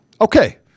Okay